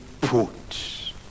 put